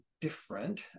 different